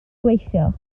gweithio